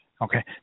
Okay